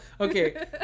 okay